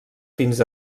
fins